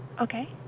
Okay